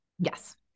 Yes